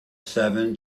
seven